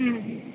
ம்